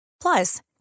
Plus